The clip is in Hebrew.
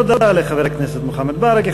תודה לחבר הכנסת מוחמד ברכה.